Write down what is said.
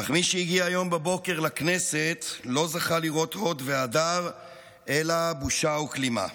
אך מי שהגיע היום בבוקר לכנסת לא זכה לראות הוד והדר אלא בושה וכלימה: